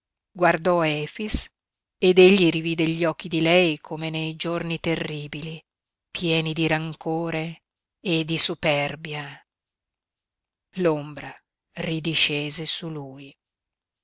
guardò efix ed egli rivide gli occhi di lei come nei giorni terribili pieni di rancore e di superbia l'ombra ridiscese su lui